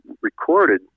recorded